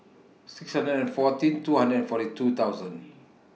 six hundred and fourteen two hundred and forty two thousand